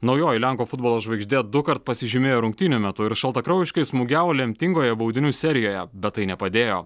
naujoji lenkų futbolo žvaigždė dukart pasižymėjo rungtynių metu ir šaltakraujiškai smūgiavo lemtingoje baudinių serijoje bet tai nepadėjo